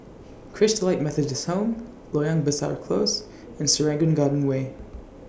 Christalite Methodist Home Loyang Besar Close and Serangoon Garden Way